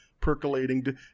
percolating